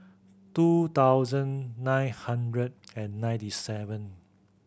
two thousand nine hundred and ninety seven